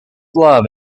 love